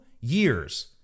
years